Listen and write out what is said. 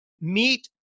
Meet